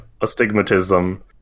astigmatism